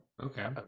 okay